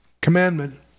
commandment